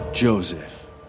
Joseph